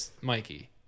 mikey